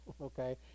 okay